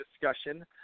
discussion